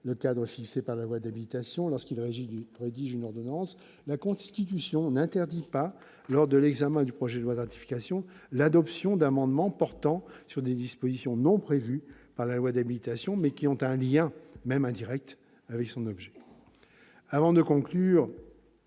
le cadre fixé par la loi d'habilitation lorsqu'il rédige une ordonnance, la Constitution n'interdit pas, lors de l'examen du projet de loi de ratification, l'adoption d'amendements portant sur des dispositions non prévues par la loi d'habilitation, mais qui ont un lien, même indirect, avec son objet. Avant de conclure,